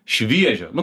šviežio nu